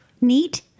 Neat